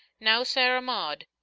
now, sarah maud,